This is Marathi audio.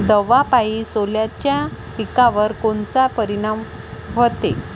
दवापायी सोल्याच्या पिकावर कोनचा परिनाम व्हते?